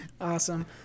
awesome